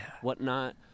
whatnot